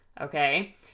Okay